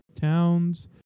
towns